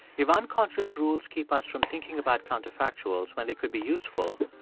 if unconscious rules keep us from thinking about counterfactuals when they could be useful,